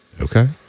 Okay